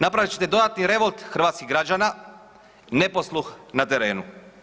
Napravit ćete dodatni revolt hrvatskih građana, neposluh na terenu.